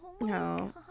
No